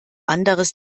anders